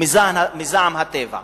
ומזעם הטבע,